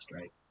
right